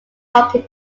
hockey